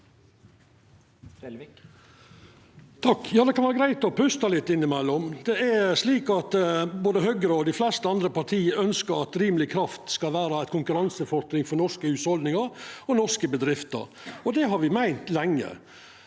Det kan vera greitt å pusta litt innimellom. Det er slik at både Høgre og dei fleste andre partia ønskjer at rimeleg kraft skal vera eit konkurransefortrinn for norske hushald og norske bedrifter, og det har me meint lenge.